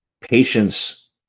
patience